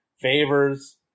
Favors